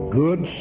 good